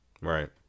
Right